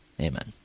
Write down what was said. Amen